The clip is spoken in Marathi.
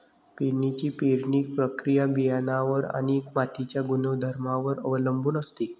पेरणीची पेरणी प्रक्रिया बियाणांवर आणि मातीच्या गुणधर्मांवर अवलंबून असते